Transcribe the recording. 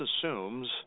assumes